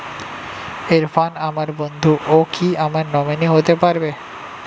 ইরফান আমার বন্ধু ও কি আমার নমিনি হতে পারবে?